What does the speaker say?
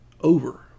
over